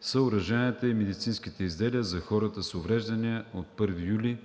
съоръженията и медицинските изделия за хората с увреждания от 1 юли